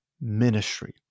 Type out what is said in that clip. ministry